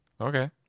okay